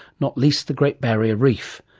not least the great barrier reef.